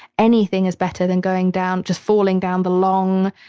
anything is better than going down, just falling down the long,